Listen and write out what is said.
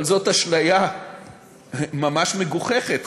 אבל זאת אשליה ממש מגוחכת,